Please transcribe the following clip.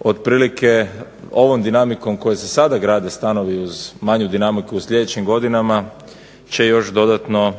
otprilike ovom dinamikom kojom se sada grade stanovi uz manju dinamiku u sljedećim godinama će još dodatno